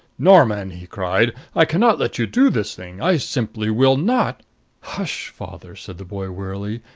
norman, he cried, i can not let you do this thing! i simply will not hush, father, said the boy wearily.